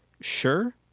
sure